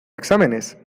exámenes